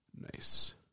Nice